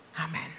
Amen